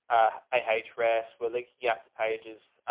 i hate stress, we're like, yeah, two pages,